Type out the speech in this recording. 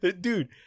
Dude